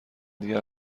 دیگر